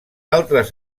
altres